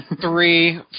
three